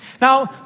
Now